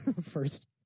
First